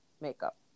makeup